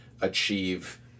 achieve